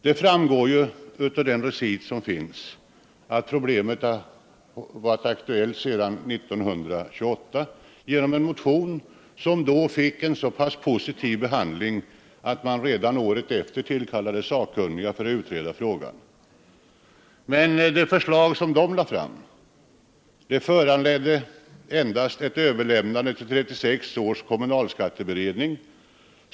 Det framgår av reciten att problemet varit aktuellt sedan 1928 då det i frågan väcktes en motion som fick en så pass positiv behandling att man redan året därefter tillkallade sakkunniga för att utreda frågan. Men de sakkunnigas förslag överlämnades endast till 1936 års kommunalskatteberedning.